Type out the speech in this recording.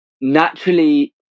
naturally